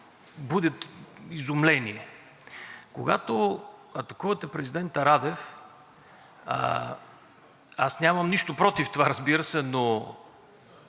будят изумление. Когато атакувате президента Радев, аз нямам нищо против това, разбира се, но